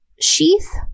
sheath